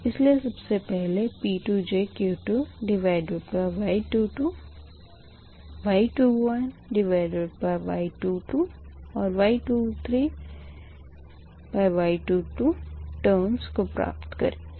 इसीलिए सबसे पहले P2 jQ2Y22 Y21Y22 और Y23Y22 टर्मस को प्राप्त करेंगे